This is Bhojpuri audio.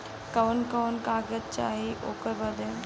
कवन कवन कागज चाही ओकर बदे?